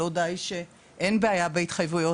לא די שאין בעיה בהתחייבויות,